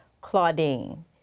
Claudine